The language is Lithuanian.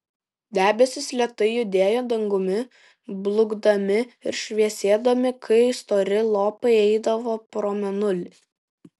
debesys lėtai judėjo dangumi blukdami ir šviesėdami kai stori lopai eidavo pro mėnulį